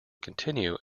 continue